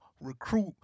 recruit